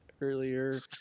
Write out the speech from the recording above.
earlier